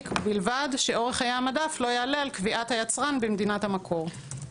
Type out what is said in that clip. בלבד שאורך חיי המדף לא יעלה על קביעת היצרן במדינת המקור.